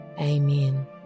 Amen